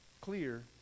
clear